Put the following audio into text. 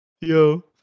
Yo